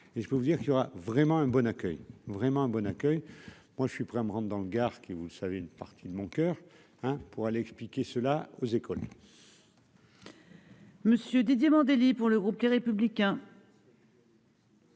et je peux vous dire qu'il y aura vraiment un bon accueil vraiment un bon accueil, moi je suis prêt à dans le Gard qui, vous le savez, une partie de mon coeur, hein, pour aller expliquer cela aux écoles.